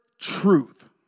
truth